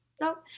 no